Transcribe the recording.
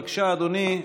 בבקשה, אדוני.